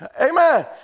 Amen